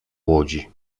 łodzi